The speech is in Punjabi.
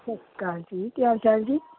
ਸਤਿ ਸ਼੍ਰੀ ਅਕਾਲ ਜੀ ਕੀ ਹਾਲ ਚਾਲ ਜੀ